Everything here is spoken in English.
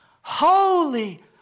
holy